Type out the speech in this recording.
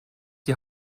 die